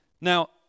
Now